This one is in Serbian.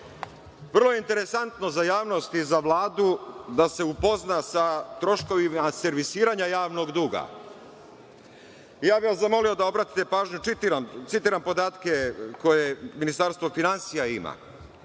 je interesantno za javnost i za Vladu da se upozna sa troškovima servisiranja javnog duga. Ja bih vas zamolio da obratite pažnju, citiram podatke koje Ministarstvo finansija ima.